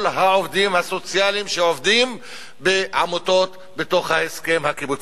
העובדים הסוציאליים שעובדים בעמותות בתוך ההסכם הקיבוצי.